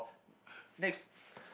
next